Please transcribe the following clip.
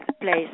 place